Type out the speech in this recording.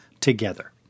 together